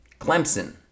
Clemson